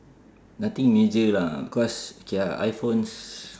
nothing major lah cause K ah iphones